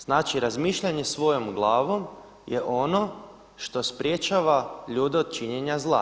Znači razmišljanje svojom glavom je ono što sprječava ljude od činjenja zla.